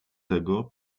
tego